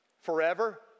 Forever